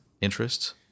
interests